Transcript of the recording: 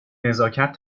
نزاکت